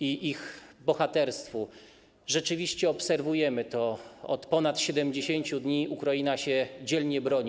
Ich bohaterstwo - rzeczywiście obserwujemy to, że od ponad 70 dni Ukraina się dzielnie broni.